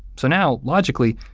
so now, logically,